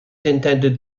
intended